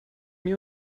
mir